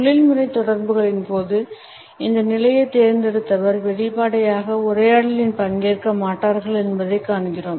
தொழில்முறை தொடர்புகளின் போது இந்த நிலையைத் தேர்ந்தெடுத்தவர்கள் வெளிப்படையாக உரையாடலில் பங்கேற்க மாட்டார்கள் என்பதைக் காண்கிறோம்